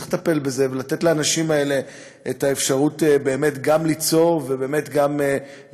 צריך לטפל בזה ולתת לאנשים האלה את האפשרות באמת גם ליצור וגם להתקיים.